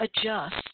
adjust